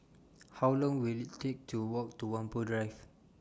How Long Will IT Take to Walk to Whampoa Drive